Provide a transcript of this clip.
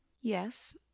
Yes